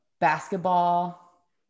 basketball